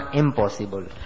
impossible